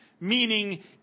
meaning